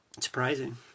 surprising